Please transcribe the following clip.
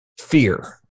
fear